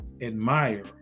admire